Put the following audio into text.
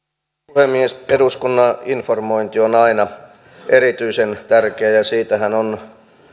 puhemies eduskunnan informointi on aina erityisen tärkeää ja siitähän on